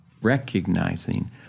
recognizing